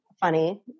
funny